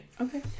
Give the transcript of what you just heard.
Okay